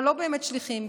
אבל לא באמת שליחים,